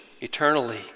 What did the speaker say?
eternally